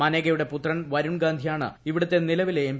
മനേകയുടെ പുത്രൻ വരുൺ ഗാന്ധി യാണ് ഇവിടുത്തെ നിലവിലെ എം